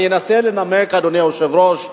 אני אנסה לנמק, אדוני היושב-ראש,